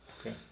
Okay